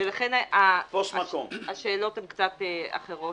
ולכן השאלות הן קצת אחרות.